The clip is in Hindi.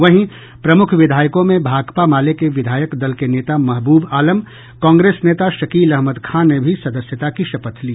वहीं प्रमुख विधायकों में भाकपा माले के विधायक दल के नेता महबूब आलम कांग्रेस नेता शकील अहमद खां ने भी सदस्यता की शपथ ली